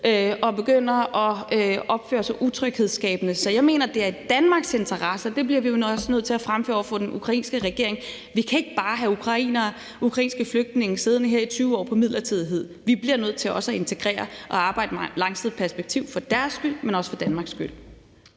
og begynder at opføre sig utryghedsskabende. Så jeg mener, det er i Danmarks interesse – og det bliver vi jo nok også nødt til at fremføre over for den ukrainske regering – for vi kan ikke bare have ukrainske flygtninge siddende her i 20 år på midlertidighed. Vi bliver nødt til også at integrere og arbejde med et langsigtet perspektiv ikke bare for deres skyld, men også for Danmarks skyld.